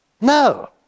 No